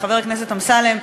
חבר הכנסת אמסלם,